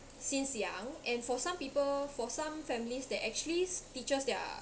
since young and for some people for some families that actually teaches their